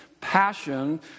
passion